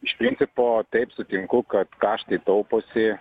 iš principo taip sutinku kad kaštai tauposi